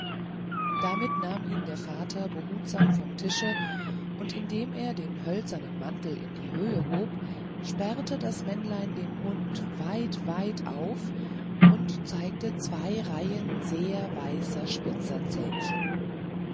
damit nahm ihn der vater behutsam vom tische und indem er den hölzernen mantel in die höhe hob sperrte das männlein den mund weit weit auf und zeigte zwei reihen sehr weißer spitzer zähnchen